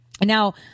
Now